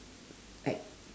like